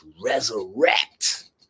resurrect